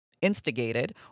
instigated